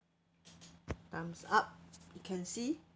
time's up you can see